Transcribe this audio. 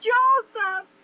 Joseph